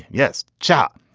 yes, chop.